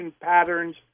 patterns